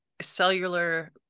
cellular